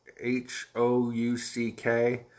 H-O-U-C-K